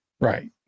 right